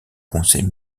conseil